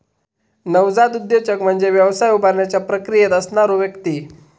नवजात उद्योजक म्हणजे व्यवसाय उभारण्याच्या प्रक्रियेत असणारो व्यक्ती